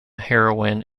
heroine